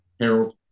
Harold